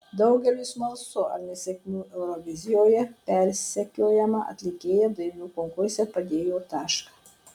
daugeliui smalsu ar nesėkmių eurovizijoje persekiojama atlikėja dainų konkurse padėjo tašką